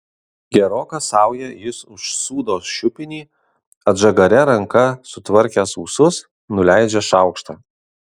geroka sauja jis užsūdo šiupinį atžagaria ranka sutvarkęs ūsus nuleidžia šaukštą